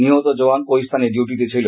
নিহত জওয়ান ঐ স্থানে ডিউটিতে ছিল